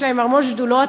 יש להם המון שדולות,